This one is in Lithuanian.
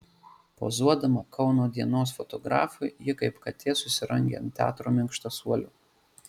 pozuodama kauno dienos fotografui ji kaip katė susirangė ant teatro minkštasuolio